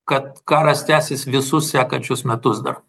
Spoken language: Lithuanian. kad karas tęsis visus sekančius metus dar